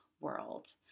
world